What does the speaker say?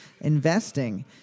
Investing